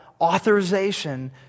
authorization